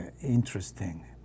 interesting